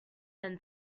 than